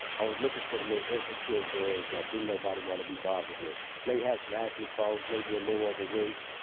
i was looking for the little insecure girls that didn't nobody want to be bothered with maybe have some acne problems, maybe a little overweight.